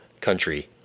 country